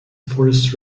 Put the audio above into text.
forest